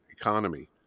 economy